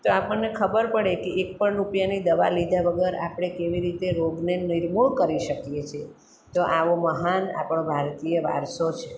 તો આપણને ખબર પડે કે એક પણ રૂપિયાની દવા લીધા વગર આપણે કેવી રીતે રોગને નિર્મૂળ કરી શકીએ છીએ તો આવો મહાન આપણો ભારતીય વારસો છે